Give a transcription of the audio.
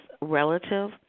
relative